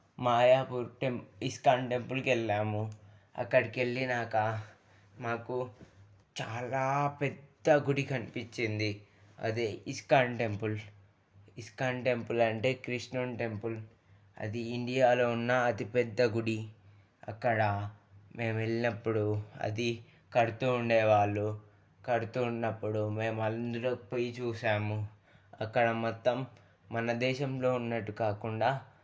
మాయ గుడ్డెం ఇస్కాన్ టెంపుల్కి వెళ్ళాము అక్కడికి వెళ్ళినాక మాకు చాలా పెద్ద గుడి కనిపించింది అదే ఇస్కాన్ టెంపుల్ ఇస్కాన్ టెంపుల్ అంటే కృష్ణుని టెంపుల్ అది ఇండియాలో ఉన్న అతిపెద్ద గుడి అక్కడ మేము ఎల్లప్పుడు అది కడుతు ఉండేవాళ్ళు కడుతు ఉన్నప్పుడు మేము అందులో పోయి చూసాము అక్కడ మొత్తం మన దేశంలో ఉన్నట్టు కాకుండా